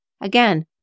Again